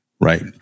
right